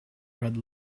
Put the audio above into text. red